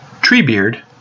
Treebeard